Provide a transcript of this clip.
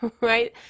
right